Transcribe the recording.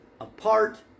apart